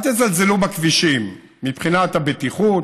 אל תזלזלו בכבישים, מבחינת הבטיחות,